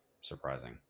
surprising